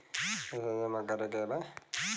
पैसा जमा करे के बा?